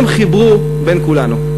הם חיברו בין כולנו.